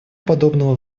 подобного